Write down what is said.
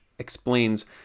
explains